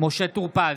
משה טור פז,